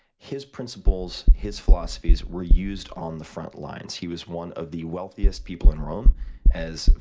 his principles, his philosophies were used on the front lines. he was one of the wealthiest people in rome as,